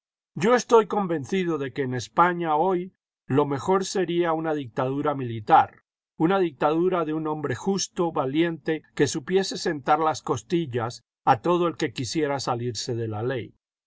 yo estoy convencido de que en españa hoy lo mejor sería una dictadura militar una dictadura de un hombre justo valiente que supiese sentar las costillas a todo el que quisiera salirse de la ley